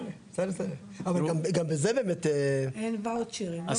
גם בזה באמת -- אין ואוצ'רים.